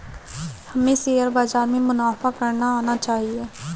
हमें शेयर बाजार से मुनाफा करना आना चाहिए